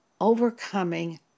overcoming